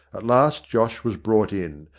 at last josh was brought in,